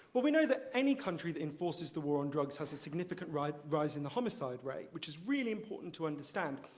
well we know that any country that enforces the war on drugs has a significant rise rise in the homicide rate, which is really important to understand.